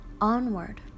onward